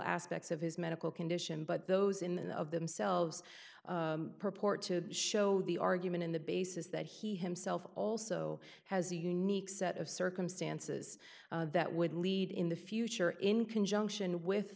aspects of his medical condition but those in the of themselves purport to show the argument in the basis that he himself also has a unique set of circumstances that would lead in the future in conjunction with